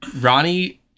ronnie